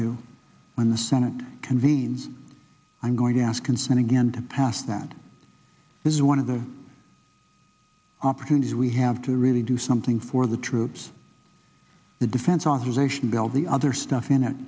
to mine the senate convenes i'm going to ask consent again to pass that is one of the opportunities we have to really do something for the troops the defense authorization bill the other stuff and it